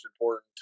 important